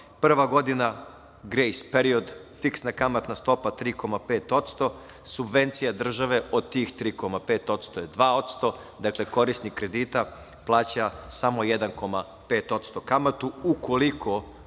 prva godina grejs period, fiksna kamatna stopa 3,5%, subvencija države od tih 3,5% je 2%, dakle, korisnik kredita plaća samo 1,5% kamatu, ukoliko uzmete